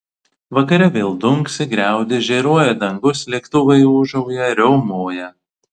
vakare vėl dunksi griaudi žėruoja dangus lėktuvai ūžauja riaumoja